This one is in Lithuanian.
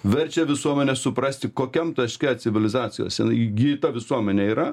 verčia visuomenę suprasti kokiam taške civilizacijos jinai įgyta visuomenėj yra